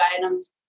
guidance